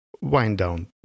wind-down